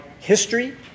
history